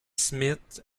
smith